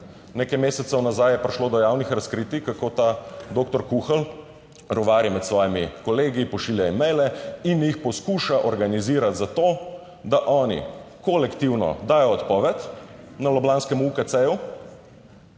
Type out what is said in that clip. Nekaj mesecev nazaj je prišlo do javnih razkritij, kako ta doktor Kuhelj rovari med svojimi kolegi, pošilja maile in jih poskuša organizirati za to, da oni kolektivno dajo odpoved na ljubljanskem UKC-ju,